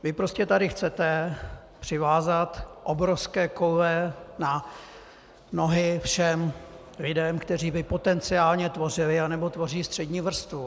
Vy prostě tady chcete přivázat obrovské koule na nohy všem lidem, kteří by potenciálně tvořili nebo tvoří střední vrstvu.